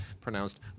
pronounced